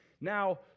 now